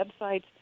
websites